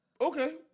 Okay